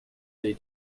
they